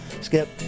Skip